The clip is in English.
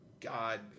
God